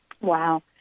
Wow